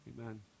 Amen